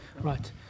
Right